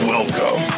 Welcome